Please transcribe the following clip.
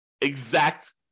exact